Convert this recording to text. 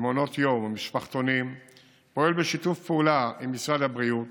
יום ומשפחתונים פועל בשיתוף פעולה עם משרד הבריאות